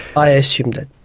i assumed that.